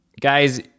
Guys